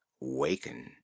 waken